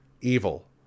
evil